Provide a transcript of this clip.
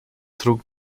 trug